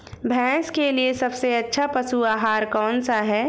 भैंस के लिए सबसे अच्छा पशु आहार कौन सा है?